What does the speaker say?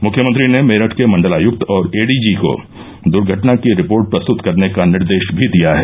मुख्यमंत्री ने मेरठ के मण्डलायुक्त और एडीजी को द्र्घटना की रिपोर्ट प्रस्तुत करने का निर्देश भी दिया है